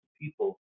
people